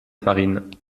farine